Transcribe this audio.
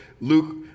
Luke